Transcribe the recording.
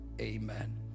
Amen